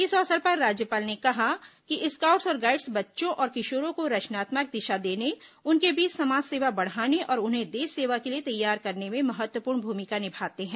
इस अवसर पर राज्यपाल ने कहा कि स्काउट्स और गाइड्स बच्चों और किषोरों को रचनात्मक दिषा देने उनके बीच समाज सेवा बढ़ाने और उन्हें देष सेवा के लिए तैयार करने में महत्वपूर्ण भूमिका निभाते हैं